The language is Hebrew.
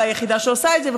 והיחידה שעושה את זה,